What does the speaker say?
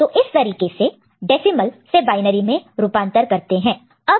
तो इस तरीके से डेसिमल से बायनरी में रूपांतर कन्वर्जन conversion करते हैं